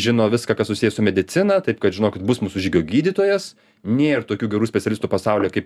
žino viską kas susiję su medicina taip kad žinokit bus mūsų žygio gydytojas nėr tokių gerų specialistų pasaulyje kaip